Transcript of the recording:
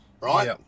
right